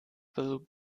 will